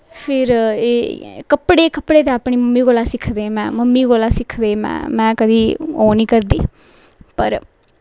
फिर एह् कपड़े कपड़े ते अपनी मम्मी कोला दा सिक्खे दे में मम्मी कोला सिक्खे दे में कदीं ओह् निं करदी पर